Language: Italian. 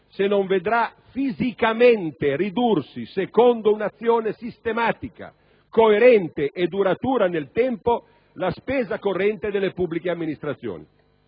se non vedrà "fisicamente" ridursi - secondo un'azione sistematica, coerente e duratura nel tempo - la spesa corrente delle pubbliche amministrazioni.